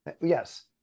yes